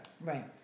Right